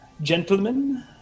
gentlemen